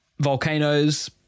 Volcanoes